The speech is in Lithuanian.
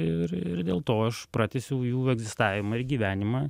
ir ir dėl to aš pratęsiau jų egzistavimą gyvenimą